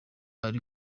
ari